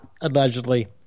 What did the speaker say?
allegedly